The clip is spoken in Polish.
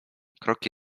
kroki